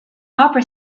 opera